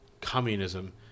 communism